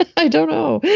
i don't know.